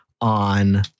on